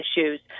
issues